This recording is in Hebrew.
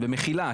ומחילה,